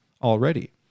already